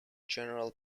general